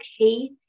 okay